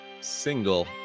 single